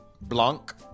Blanc